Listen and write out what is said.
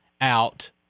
out